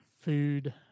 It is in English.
food